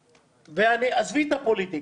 עזבי את הפוליטיקה,